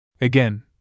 Again